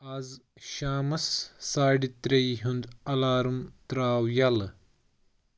آز شامَس ساڑِ ترٛیٚیہِ ہُنٛد الارٕم ترٛاو یَلہٕ